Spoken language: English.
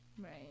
right